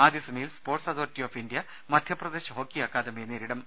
ആദ്യ സെമിയിൽ sports authority of India Madhya Pradesh hockey അക്കാദമിയെ നേരിടും